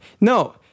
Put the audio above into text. No